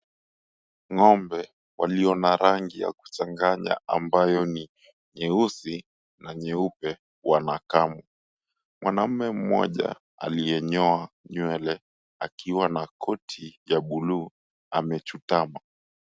Ng'ombe walio na rangi yakuchanganya ambayo ni nyeusi na nyeupe wanakamwa. Mwanaume mmoja aliyenyoa nywele akiwa na koti ya buluu amechutama.